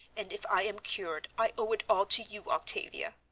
and if i am cured i owe it all to you, octavia.